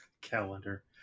calendar